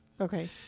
Okay